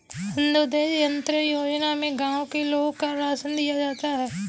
अंत्योदय अन्न योजना में गांव के लोगों को राशन दिया जाता है